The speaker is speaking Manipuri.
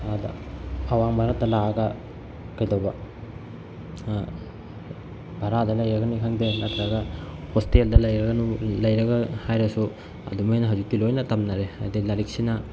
ꯑꯥꯗ ꯑꯋꯥꯡ ꯚꯥꯔꯠꯇ ꯂꯥꯛꯑꯒ ꯀꯩꯗꯧꯕ ꯚꯔꯥꯗ ꯂꯩꯔꯒꯅꯤ ꯈꯪꯗꯦ ꯅꯠꯇ꯭ꯔꯒ ꯍꯣꯁꯇꯦꯜꯗ ꯂꯩꯔꯒ ꯍꯥꯏꯔꯁꯨ ꯑꯗꯨꯃꯥꯏꯅ ꯍꯧꯖꯤꯛꯇꯤ ꯂꯣꯏꯅ ꯇꯝꯅꯔꯦ ꯍꯥꯏꯕꯗꯤ ꯂꯥꯏꯔꯤꯛꯁꯤꯅ